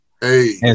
Hey